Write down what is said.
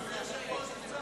אדוני היושב-ראש,